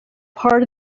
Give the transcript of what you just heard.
part